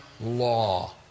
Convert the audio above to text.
law